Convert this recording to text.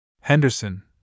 Henderson